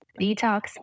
detox